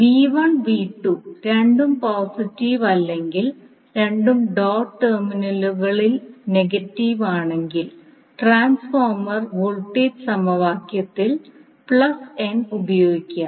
• V1 V2 രണ്ടും positive അല്ലെങ്കിൽ രണ്ടും ഡോട്ട് ടെർമിനലുകൾ നെഗറ്റീവ് ആണെങ്കിൽ ട്രാൻസ്ഫോർമർ വോൾട്ടേജ് സമവാക്യത്തിൽ n ഉപയോഗിക്കുക